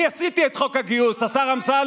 אני עשיתי את חוק הגיוס, השר אמסלם.